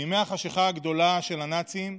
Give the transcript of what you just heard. בימי החשכה הגדולה של הנאצים,